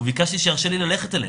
וביקרתי שירשה לי ללכת אליהן,